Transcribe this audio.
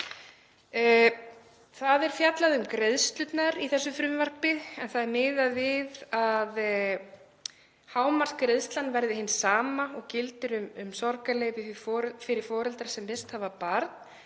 Það er fjallað um greiðslurnar í þessu frumvarpi. Það er miðað við að hámarksgreiðslan verði hin sama og gildir um sorgarleyfi fyrir foreldra sem misst hafa barn,